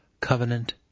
covenant